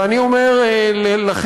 ואני אומר לכם,